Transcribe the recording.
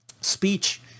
Speech